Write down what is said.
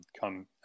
come